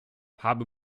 habe